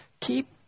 Keep